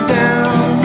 down